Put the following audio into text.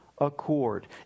accord